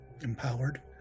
empowered